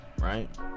right